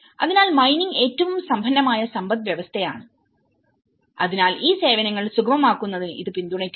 അതിനാൽമൈനിങ്ങ്ഏറ്റവും സമ്പന്നമായ സമ്പദ്വ്യവസ്ഥയാണ് അതിനാൽ ഈ സേവനങ്ങൾ സുഗമമാക്കുന്നതിന് ഇത് പിന്തുണയ്ക്കുന്നു